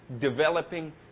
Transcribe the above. developing